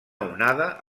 onada